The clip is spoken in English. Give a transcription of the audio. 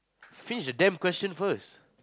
finish the damn question first